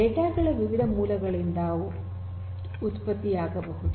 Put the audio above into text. data ಗಳು ವಿವಿಧ ಮೂಲಗಳಿಂದ ಉತ್ಪತ್ತಿಯಾಗಬಹುದು